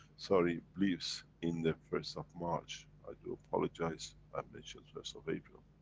sorry. beliefs in the first of march. i do apologize, i mentioned first of april.